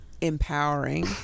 empowering